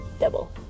double